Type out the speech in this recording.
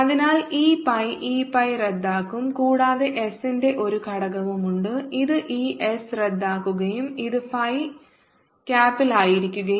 അതിനാൽ ഈ പൈ ഈ പൈ റദ്ദാക്കും കൂടാതെ s ന്റെ ഒരു ഘടകവുമുണ്ട് ഇത് ഈ s റദ്ദാക്കുകയും ഇത് phi ക്യാപ്പിലായിരിക്കുകയും ചെയ്യും